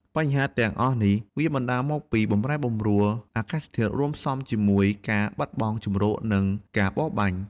បញ្ហាទាំងអស់នេះ វាបណ្ដាលមកពីបម្រែបម្រួលអាកាសធាតុ រួមផ្សំជាមួយការបាត់បង់ជម្រក និងការបរបាញ់។